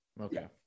okay